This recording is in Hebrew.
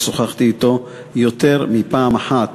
ושוחחתי אתו יותר מפעם אחת